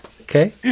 Okay